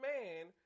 man